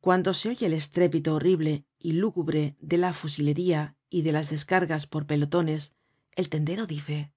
cuando se oye el estrépito horrible y lúgubre de la fusilería y de las descargas por pelotones el tendero dice